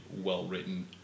well-written